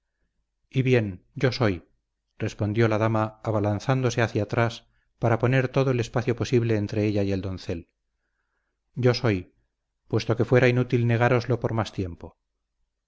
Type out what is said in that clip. y bien yo soy respondió la dama abalanzándose hacia atrás para poner todo el espacio posible entre ella y el doncel yo soy puesto que fuera inútil negároslo por más tiempo